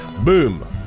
Boom